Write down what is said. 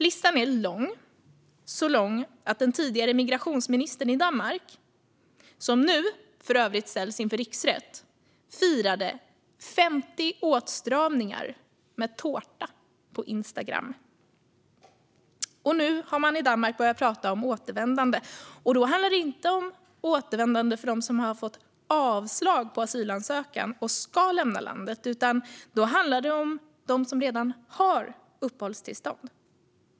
Listan är lång, så lång att den tidigare migrationsministern i Danmark, som nu för övrigt ställs inför riksrätt, firade 50 åtstramningar med tårta på Instagram. Nu har man i Danmark börjat prata om återvändande. Då handlar det inte om återvändande för dem som har fått avslag på asylansökan och som ska lämna landet, utan det handlar om dem som redan har uppehållstillstånd.